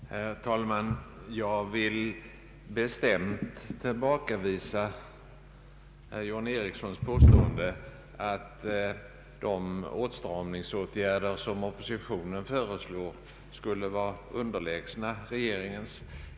Herr talman! Jag vill bestämt tillbakavisa herr John Ericssons påstående att de åtstramningsåtgärder som oppositionen föreslår skulle vara underlägsna regeringens.